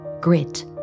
grit